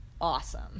awesome